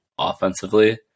offensively